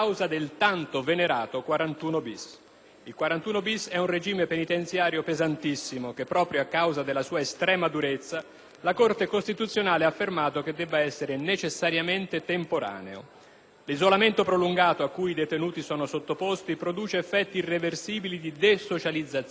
del 41-*bis* è un regime penitenziario pesantissimo e proprio a causa della sua estrema durezza la Corte costituzionale ha affermato che esso deve essere necessariamente temporaneo. L'isolamento prolungato cui i detenuti sono sottoposti produce infatti effetti irreversibili di desocializzazione e delocalizzazione;